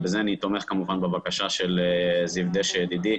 ובזה אני תומך בבקשה של זיו דשא, ידידי,